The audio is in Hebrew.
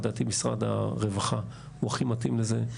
לדעתי משרד הרווחה הוא הכי מתאים לזה.